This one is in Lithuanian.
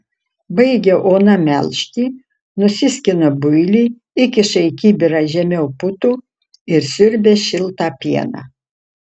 baigia ona melžti nusiskina builį įkiša į kibirą žemiau putų ir siurbia šiltą pieną